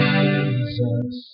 Jesus